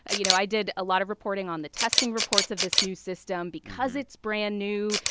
ah you know, i did a lot of reporting on the testing reports of this new system. because it's brand-new,